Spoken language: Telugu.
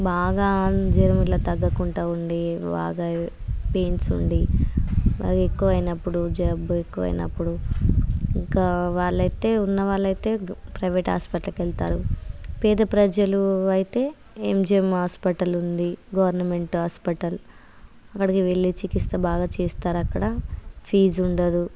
బాగా జ్వరం ఇట్లా తగ్గకుంటా ఉండి బాగా పేయిన్స్ ఉండి అది ఎక్కువ అయినప్పుడు జబ్బు ఎక్కువ అయినప్పుడు ఇంకా వాళ్ళైతే ఉన్నవాళ్ళైతే ప్రైవేట్ హాస్పిటల్కు వెళ్తారు పేద ప్రజలు అయితే ఎంజీఎం హాస్పిటల్ ఉంది గవర్నమెంట్ హాస్పిటల్ అక్కడికి వెళ్ళి చికిత్స బాగా చేస్తారు అక్కడ ఫీజు ఉండదు